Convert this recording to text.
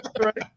right